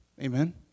Amen